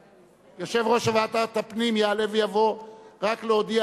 יושב-ראש ועדת הפנים יעלה ויבוא רק להודיע